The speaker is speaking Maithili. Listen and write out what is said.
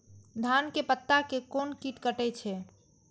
धान के पत्ता के कोन कीट कटे छे?